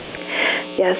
Yes